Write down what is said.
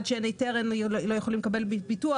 כי עד שאין היתר הם לא יכולים לקבל ביטוח,